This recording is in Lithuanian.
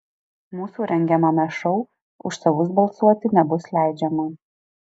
mūsų rengiamame šou už savus balsuoti nebus leidžiama